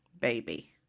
baby